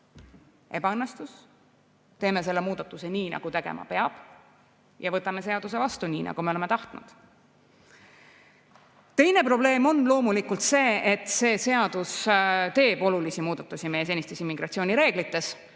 ebaõnnestus, teeme selle muudatuse nii, nagu tegema peab, ja võtame seaduse vastu, nii nagu oleme tahtnud. Teine probleem on loomulikult see, et see seadus teeb olulisi muudatusi meie senistes immigratsioonireeglites.